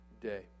day